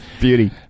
Beauty